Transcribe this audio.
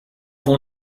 fue